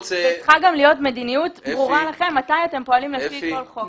צריכה להיות לכם מדיניות ברורה מתי אתם פועלים לפי כל חוק.